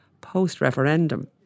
post-referendum